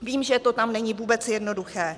Vím, že to tam není vůbec jednoduché.